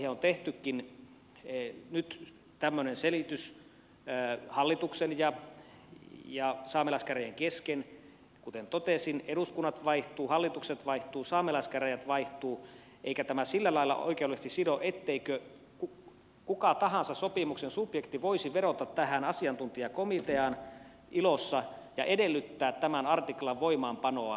vaikka siihen on tehtykin nyt tämmöinen selitys hallituksen ja saamelaiskäräjien kesken niin kuten totesin eduskunnat vaihtuvat hallitukset vaihtuvat saamelaiskäräjät vaihtuu eikä tämä sillä lailla oikeudellisesti sido etteikö kuka tahansa sopimuksen subjekti voisi vedota tähän asiantuntijakomiteaan ilossa ja edellyttää tämän artiklan voimaanpanoa